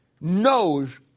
knows